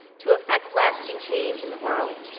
to effect lasting change in the world.